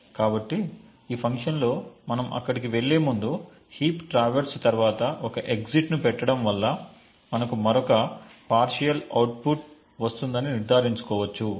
కాబట్టి ఈ ఫంక్షన్ లో మనం అక్కడికి వెళ్ళేముందు హీప్ ట్రావర్స్ తర్వాత ఒక ఎగ్జిట్ను పెట్టడం వల్ల మనకు మరొక పార్శియల్ అవుట్ పుట్ వస్తుందని నిర్ధారించుకోవచ్చు